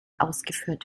ausgeführt